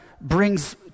brings